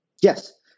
Yes